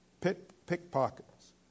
pickpockets